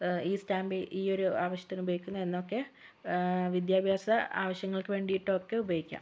stamp ഈ ഒരു ആവശ്യത്തിന് ഉപയോഗിക്കുന്നു എന്ന് ഒക്കെ വിദ്യാഭാസ ആവശ്യങ്ങൾക്ക് വേണ്ടിയിട്ട് ഒക്കെ ഉപയോഗിക്കാം